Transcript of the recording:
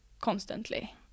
constantly